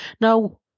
Now